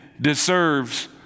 deserves